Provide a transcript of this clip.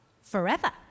Forever